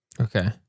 Okay